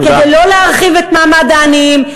כדי לא להרחיב את מעמד העניים,